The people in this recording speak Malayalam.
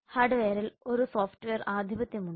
ഹാർഡ്വെയറിൽ ഒരു സോഫ്റ്റ്വെയർ ആധിപത്യം ഉണ്ട്